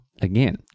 Again